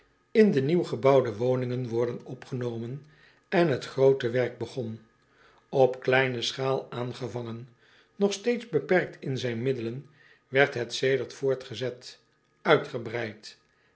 in de nieuw gebouwde woningen worden opgenomen en het groote werk begon op kleine schaal aangevangen nog steeds beperkt in zijn middelen werd het sedert voortgezet uitgebreid